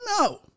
no